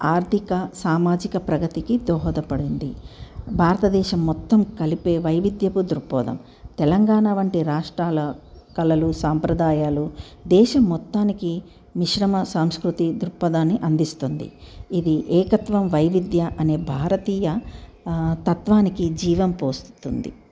ఆర్థిక సామాజిక ప్రగతికి దోహోదపడింది భారతదేశం మొత్తం కలిపే వైవిద్యపు దృక్పదం తెలంగాణ వంటి రాష్ట్రాల కళలు సాంప్రదాయాలు దేశం మొత్తానికి మిశ్రమ సంస్కృతి దృక్పదాన్ని అందిస్తుంది ఇది ఏకత్వం వైవిధ్య అనే భారతీయ తత్వానికి జీవం పోస్తుంది